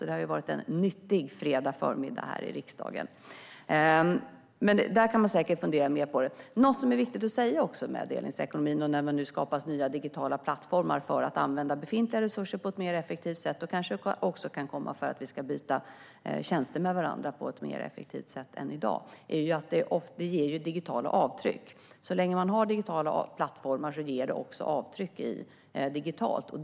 Det har varit en nyttig fredag förmiddag i riksdagen. Man kan säkert fundera mer på det. Det finns något som är viktigt att säga när det gäller delningsekonomin och när det nu skapas nya digitala plattformar för att man ska kunna använda befintliga resurser på ett mer effektivt sätt - det kanske också kan komma för att vi ska kunna byta tjänster med varandra på ett mer effektivt sätt än i dag. Det ger digitala avtryck. Så länge man har digitala plattformar ger det också avtryck digitalt.